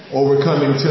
overcoming